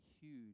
huge